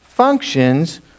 functions